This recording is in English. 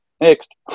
Next